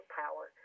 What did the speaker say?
power